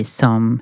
som